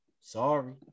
sorry